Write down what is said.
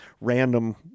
random